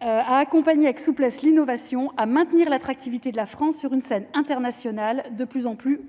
accompagné avec souplesse, l'innovation à maintenir l'attractivité de la France sur une scène internationale de plus en plus concurrentiel